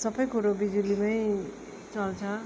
सबै कुरो बिजुलीमै चल्छ